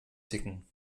ticken